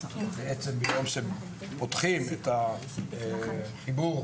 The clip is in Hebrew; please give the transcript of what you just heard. נושא שני שאני רוצה לשים עליו דגש,